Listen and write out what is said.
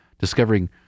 discovering